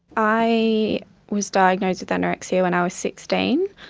i was diagnosed with anorexia when i was sixteen.